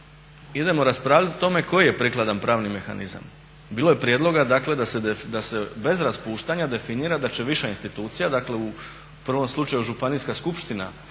idemo raspravljati o tome koji je prikladan pravni mehanizam. Bilo je prijedloga da se bez raspuštanja definira da će viša institucija u prvom slučaju županijska skupština,